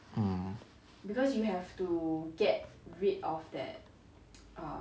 mm